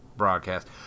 broadcast